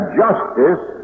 justice